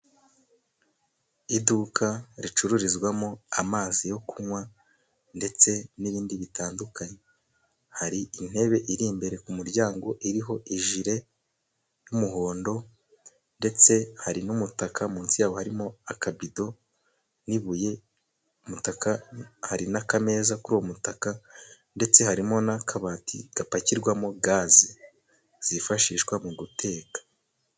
Iduka ricururizwamo amazi yo kunywa ndetse n'ibindi bitandukanye. Hari intebe iri imbere ku muryango. Iriho ijire y'umuhondo ndetse hari n'umutaka munsi yawo harimo akabido n'ibuye, hari n'akameza kuri uwo mutaka ndetse harimo n'akabati gapakirwamo gaze zifashishwa mu guteka.